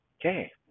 Okay